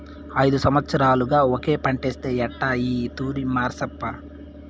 ఐదు సంవత్సరాలుగా ఒకే పంటేస్తే ఎట్టా ఈ తూరి మార్సప్పా